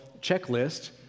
checklist